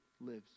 lives